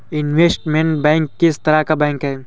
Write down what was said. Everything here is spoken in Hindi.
इनवेस्टमेंट बैंक किस तरह का बैंक है?